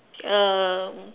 um